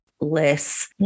less